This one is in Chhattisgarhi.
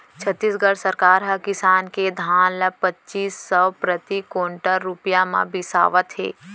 छत्तीसगढ़ सरकार ह किसान के धान ल पचीस सव प्रति कोंटल रूपिया म बिसावत हे